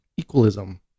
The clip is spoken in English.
equalism